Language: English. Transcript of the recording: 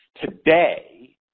today